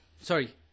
sorry